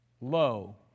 low